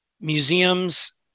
museums